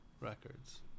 records